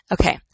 Okay